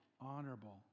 honorable